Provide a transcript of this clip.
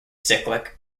cyclic